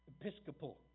Episcopal